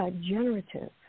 generative